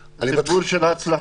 אצלי היה סיפור של הצלחה.